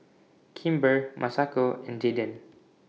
Kimber Masako and Jaeden